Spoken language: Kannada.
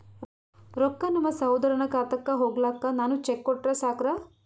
ರೊಕ್ಕ ನಮ್ಮಸಹೋದರನ ಖಾತಕ್ಕ ಹೋಗ್ಲಾಕ್ಕ ನಾನು ಚೆಕ್ ಕೊಟ್ರ ಸಾಕ್ರ?